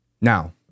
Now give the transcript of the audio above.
Now